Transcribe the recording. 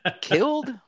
Killed